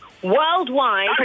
Worldwide